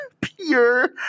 pure